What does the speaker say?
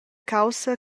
caussa